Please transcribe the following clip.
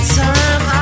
time